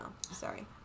Sorry